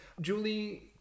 Julie